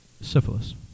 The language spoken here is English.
syphilis